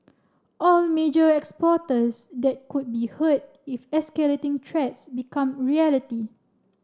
all major exporters that could be hurt if escalating threats become reality